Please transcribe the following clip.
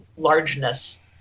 Largeness